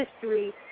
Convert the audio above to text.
history